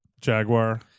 jaguar